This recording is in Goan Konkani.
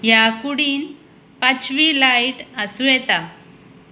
ह्या कुडींन पांचवी लायट आसूं येता